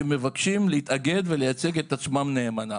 שמבקשים להתאגד ולייצג את עצמם נאמנה.